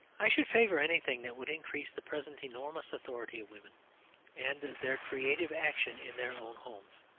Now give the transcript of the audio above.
i should favour anything that would increase the present enormous authority of women and their creative action in their own homes.